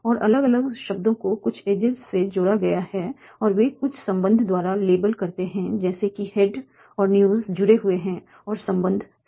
और अलग अलग शब्दों को कुछ एजेज से जोड़ा गया है और वे कुछ संबंध द्वारा लेबल करते हैं जैसे कि हैड और न्यूज़ जुड़े हुए हैं और संबंध सब्जेक्ट है